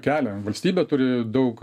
kelią valstybė turi daug